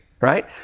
right